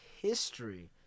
History